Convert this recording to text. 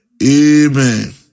Amen